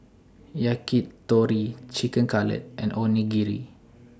Yakitori Chicken Cutlet and Onigiri